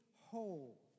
whole